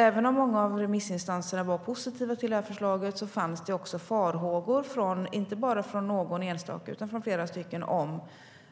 Även om många av remissinstanserna var positiva till detta förslag fanns det också farhågor inte bara från någon enstaka utan från flera om